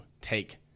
take